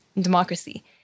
democracy